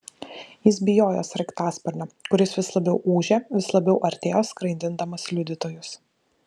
jis bijojo sraigtasparnio kuris vis labiau ūžė vis labiau artėjo skraidindamas liudytojus